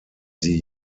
sie